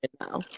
now